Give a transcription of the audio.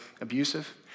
abusive